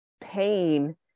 pain